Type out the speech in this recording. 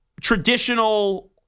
traditional